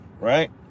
right